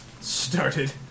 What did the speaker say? started